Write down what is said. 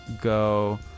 go